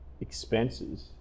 expenses